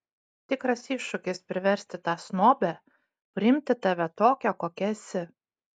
tikras iššūkis priversti tą snobę priimti tave tokią kokia esi